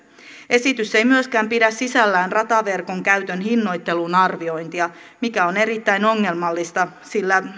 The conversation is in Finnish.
esitys ei myöskään pidä sisällään rataverkon käytön hinnoittelun arviointia mikä on erittäin ongelmallista sillä